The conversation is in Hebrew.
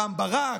רם ברק,